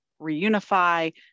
reunify